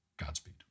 Godspeed